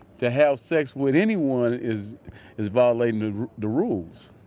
to have sex with anyone is is violating the rules.